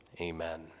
Amen